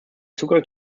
zugang